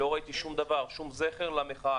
לא ראינו שום זכר למחאה.